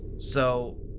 so,